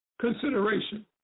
consideration